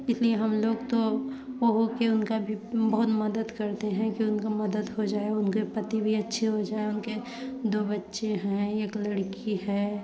इसलिए हम लोग तो ओ हो के उनका भी बहुत मदद करते हैं कि उनका मदत हो जाए उनके पति भी अच्छे हो जाए उनके दो बच्चे हैं एक लड़की है